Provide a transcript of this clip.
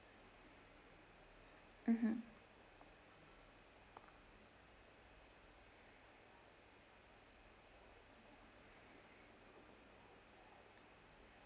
mmhmm